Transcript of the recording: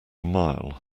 mile